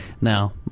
Now